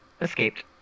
escaped